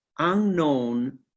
unknown